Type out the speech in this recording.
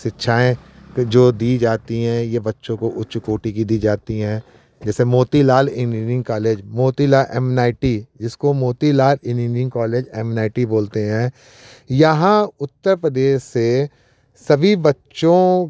शिक्षाएँ जो दी जाती हैं ये बच्चों को उच्च कोटि की दी जाती हैं जैसे Motilal engineering college Motilal M NIT जिसको Motilal engineering college M NIT बोलते हैं यहाँ उत्तर प्रदेश से सभी बच्चों